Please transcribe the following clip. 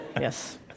Yes